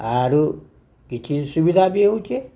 ଆରୁ କିଛି ସୁବିଧା ବି ହେଉଛେ